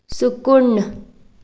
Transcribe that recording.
सुकुण्ण